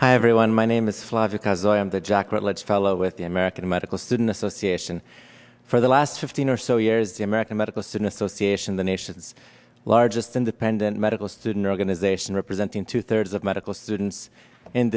hi everyone my name it's logic as i am jack rutledge fellow with the american medical student association for the last fifteen or so years the american medical student association the nation's largest independent medical student organization representing two thirds of medical students in